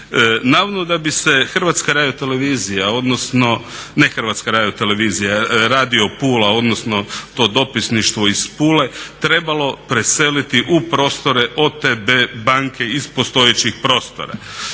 Navodno da bi se HRT odnosno ne HRT radio Pula, odnosno to dopisništvo iz Pule trebalo preseliti u prostore OTP banke iz postojećih prostora.